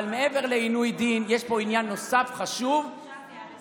אבל מעבר לעינוי דין, יש פה עניין חשוב נוסף